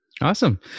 Awesome